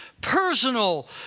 personal